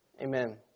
Amen